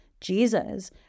Jesus